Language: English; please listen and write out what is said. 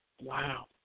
Wow